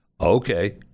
Okay